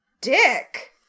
dick